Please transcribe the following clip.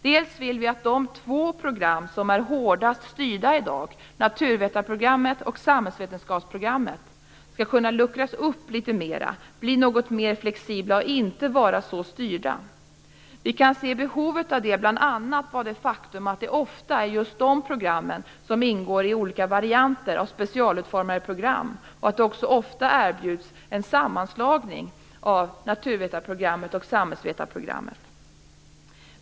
Vi vill att de två program som är hårdast styrda i dag, dvs. naturvetarprogrammet och samhällsvetarprogrammet, skall kunna luckras upp litet mer, bli något mer flexibla och inte vara så styrda. Vi kan se behovet av det bl.a. av det faktum att det ofta är just de programmen som ingår i olika varianter av specialutformade program och att det också ofta erbjuds en sammanslagning av naturvetarprogrammet och samhällsvetarprogrammet.